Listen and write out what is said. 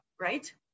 right